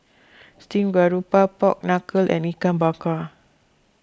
Stream Grouper Pork Knuckle and Ikan Bakar